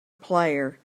player